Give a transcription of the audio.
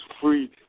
free